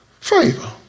Favor